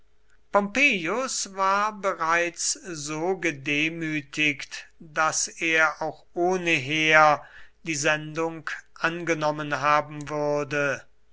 war bereits so gedemütigt daß er auch ohne heer die sendung angenommen haben würde